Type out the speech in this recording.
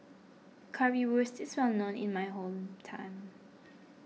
Currywurst is well known in my hometown